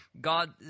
God